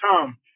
Tom